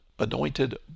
anointed